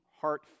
heart